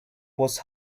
was